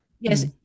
yes